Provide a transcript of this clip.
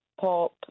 pop